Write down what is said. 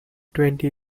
twenty